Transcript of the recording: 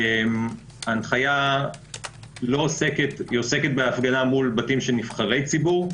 ההנחיה עוסקת בהפגנה מול בתים של נבחרי ציבור,